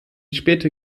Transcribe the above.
späte